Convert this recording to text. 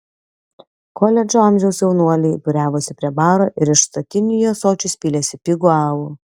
koledžo amžiaus jaunuoliai būriavosi prie baro ir iš statinių į ąsočius pylėsi pigų alų